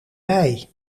wei